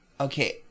Okay